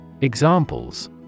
Examples